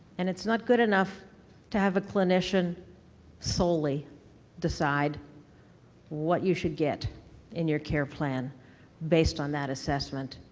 and it's not good enough to have a clinician solely decide what you should get in your care plan based on that assessment.